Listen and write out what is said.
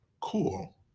Cool